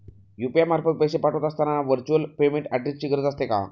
UPI मार्फत पैसे पाठवत असताना व्हर्च्युअल पेमेंट ऍड्रेसची गरज असते का?